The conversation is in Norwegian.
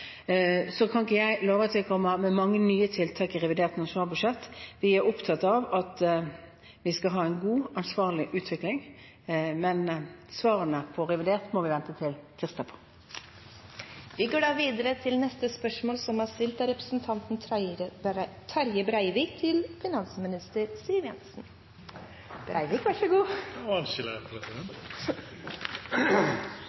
Så kan ikke jeg love at vi kommer med mange nye tiltak i revidert nasjonalbudsjett. Vi er opptatt av at vi skal ha en god, ansvarlig utvikling, men svarene på revidert må vi vente med til tirsdag. «Regjeringen har sluttet seg til togradersmålet. Det er en tydelig strategi fra regjeringen å stimulere til et grønt skifte. På Høyres landsmøte sa statsministeren at framtidens nærings- og